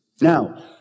Now